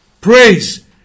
praise